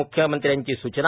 म्ख्यमंत्र्यांची सूचना